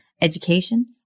education